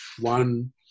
One